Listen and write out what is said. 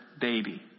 baby